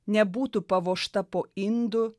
nebūtų pavožta po indu